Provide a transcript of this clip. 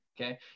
okay